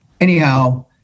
Anyhow